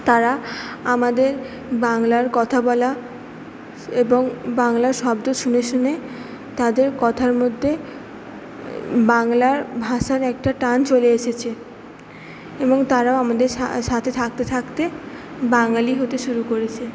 তারা আমাদের বাংলার কথা বলা এবং বাংলা শব্দ শুনে শুনে তাদের কথার মধ্যে বাংলার ভাষার একটা টান চলে এসেছে এবং তারাও আমাদের সাথে সাথে থাকতে থাকতে বাঙালি হতে শুরু করেছে